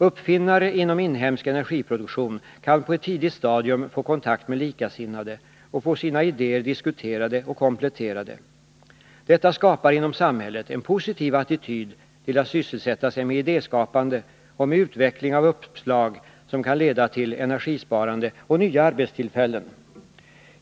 Uppfinnare inom inhemsk energiproduktion kan på ett tidigt stadium få kontakt med likasinnade och få sina idéer diskuterade och kompletterade. Detta skapar inom samhället en positiv attityd till att sysselsätta sig med idéskapande och med utveckling av uppslag som kan leda till energisparande och nya arbetstillfällen.